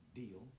deal